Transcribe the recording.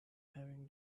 having